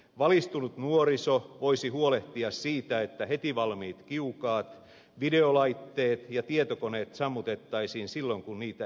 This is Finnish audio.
valistunut nuoriso voisi huolehtia siitä että hetivalmiit kiukaat videolaitteet ja tietokoneet sammutettaisiin silloin kun niitä ei käytetä